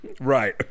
right